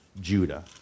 Judah